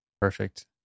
perfect